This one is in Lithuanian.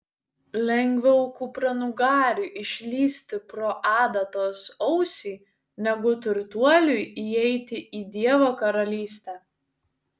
lengviau kupranugariui išlįsti pro adatos ausį negu turtuoliui įeiti į dievo karalystę